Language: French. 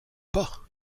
pas